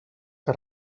que